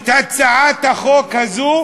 את הצעת החוק הזו,